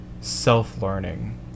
self-learning